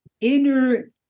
inner